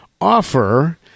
offer